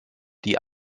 die